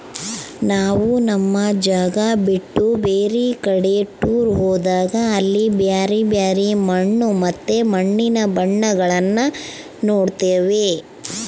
ನಾವು ನಮ್ಮ ಜಾಗ ಬಿಟ್ಟು ಬೇರೆ ಕಡಿಗೆ ಟೂರ್ ಹೋದಾಗ ಅಲ್ಲಿ ಬ್ಯರೆ ಬ್ಯರೆ ಮಣ್ಣು ಮತ್ತೆ ಮಣ್ಣಿನ ಬಣ್ಣಗಳನ್ನ ನೋಡ್ತವಿ